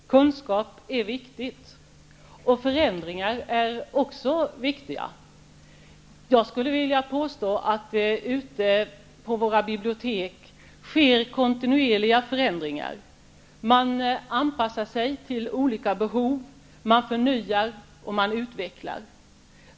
Herr talman! Kunskap är viktig, och förändringar är också viktiga. Jag skulle vilja påstå att det ute på våra bibliotek sker kontinuerliga förändringar. Man anpassar sig till olika behov, man förnyar och man utvecklar.